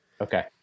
okay